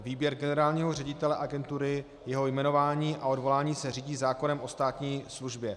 Výběr generálního ředitele agentury, jeho jmenování a odvolání se řídí zákonem o státní službě.